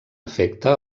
efecte